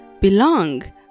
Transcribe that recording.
belong